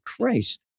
Christ